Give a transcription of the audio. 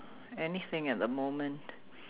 anything at the moment